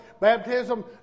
Baptism